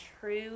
true